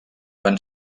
van